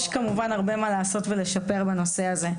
יש כמובן הרבה מה לעשות ולשפר בנושא הזה.